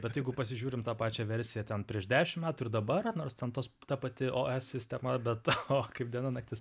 bet jeigu pasižiūrim tą pačią versiją ten prieš dešim metų ir dabar nors ten tos ta pati os sistema bet o kaip diena naktis